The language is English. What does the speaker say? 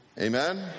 Amen